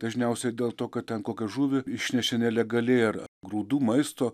dažniausiai dėl to kad ten kokią žuvį išnešė nelegaliai ar grūdų maisto